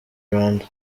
rwanda